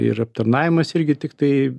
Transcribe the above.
ir aptarnavimas irgi tiktai